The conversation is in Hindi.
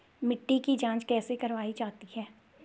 मिट्टी की जाँच कैसे करवायी जाती है?